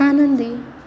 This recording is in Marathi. आनंदी